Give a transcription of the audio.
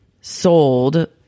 sold